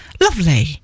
lovely